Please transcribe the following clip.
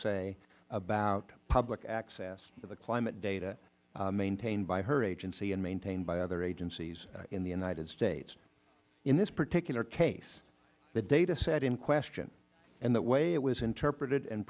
say about public access to the climate data maintained by her agency and maintained by other agencies in the united states in this particular case the data set in question and the way it was interpreted and